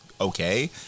okay